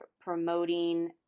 promoting